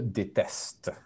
déteste